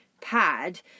pad